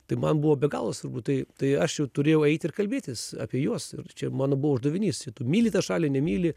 tai man buvo be galo svarbu tai tai aš jau turėjau eiti ir kalbėtis apie juos ir čia mano buvo uždavinys ir tu myli tą šalį nemyli